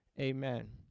Amen